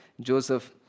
Joseph